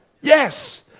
Yes